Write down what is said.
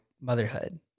motherhood